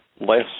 less